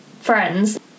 friends